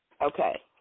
Okay